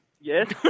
Yes